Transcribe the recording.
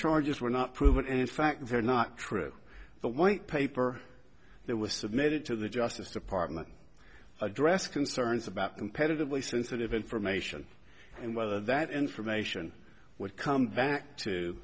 charges were not proven and in fact they're not true the white paper that was submitted to the justice department address concerns about competitively sensitive information and whether that information would come back to